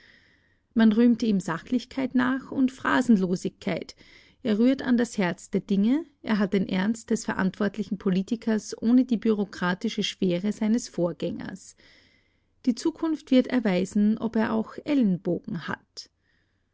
man rühmt ihm sachlichkeit nach und phrasenlosigkeit er rührt an das herz der dinge er hat den ernst des verantwortlichen politikers ohne die bureaukratische schwere seines vorgängers die zukunft wird erweisen ob er auch ellenbogen hat